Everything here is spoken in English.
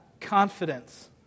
confidence